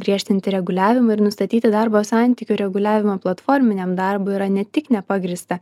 griežtinti reguliavimą ir nustatyti darbo santykių reguliavimą platforminiam darbui yra ne tik nepagrįsta